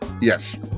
yes